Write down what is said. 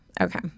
Okay